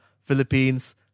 Philippines